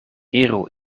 iru